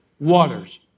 Waters